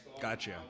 Gotcha